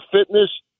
fitness